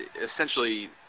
essentially